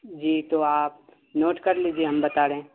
جی تو آپ نوٹ کر لیجیے ہم بتا رہے ہیں